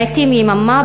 לעתים יממה,